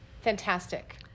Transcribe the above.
Fantastic